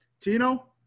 Tino